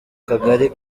kagari